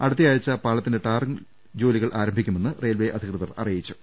അടുത്തയാഴ്ച പാലത്തിന്റെ ടാറിംഗ് ജോലികൾ ആരംഭിക്കു മെന്ന് റെയിൽവെ അധികൃതർ അറിയിച്ചു